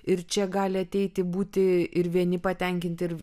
ir čia gali ateiti būti ir vieni patenkinti ir